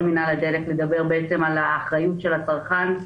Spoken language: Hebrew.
מנהל הדלק לדבר בעצם על האחריות של הצרכן.